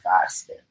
faster